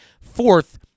fourth